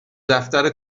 دفتر